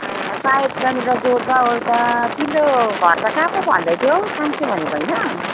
सायद त्यहाँनिर जोड्दाओर्दा तिम्रो घर त कहाँ पो भन्दै थियौ साङ्से भनेको होइन